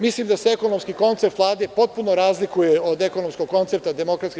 Mislim da se ekonomski koncept Vlade potpuno razlikuje od ekonomskog koncepta DSS.